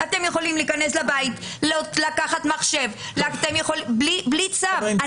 אתם יכולים להיכנס לבית, לקחת מחשב בלי צו.